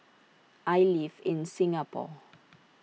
I live in Singapore